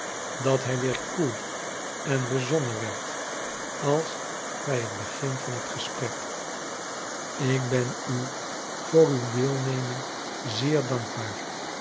dat hij weer koel en bezonnen werd als bij het begin van het gesprek ik ben u voor uw deelneming zeer dankbaar